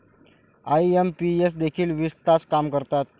IMPS देखील वीस तास काम करतात?